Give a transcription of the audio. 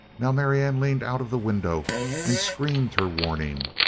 now marianne leaned out of the window and screamed her warning,